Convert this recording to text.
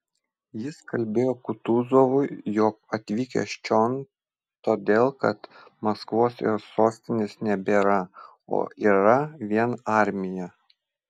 jis kalbėjo kutuzovui jog atvykęs čion todėl kad maskvos ir sostinės nebėra o yra vien armija